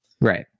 Right